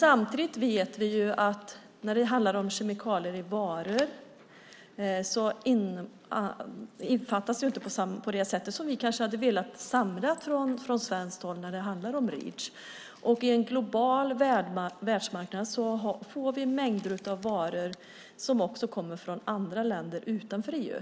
Samtidigt vet vi att kemikalier i varor inte omfattas på det sätt som vi hade velat från svenskt håll när det gäller Reach. På en global marknad får vi mängder av varor som kommer från andra länder utanför EU.